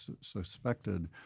suspected